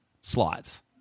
slots